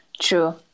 True